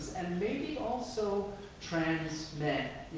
and maybe also trans men.